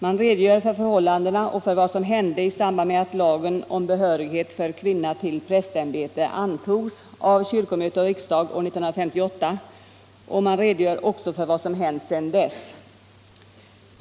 Man redogör för förhållandena och för vad som hände i samband med att lagen om behörighet för kvinna till prästämbete antogs av kyrkomöte och riksdag år 1958, och man redovisar också vad som hänt sedan dess.